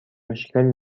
مشکل